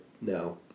No